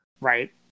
Right